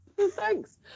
Thanks